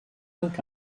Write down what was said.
donc